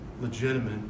legitimate